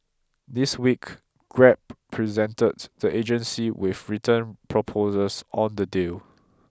this week Grab presented the agency with written proposals on the deal